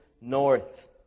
north